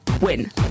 win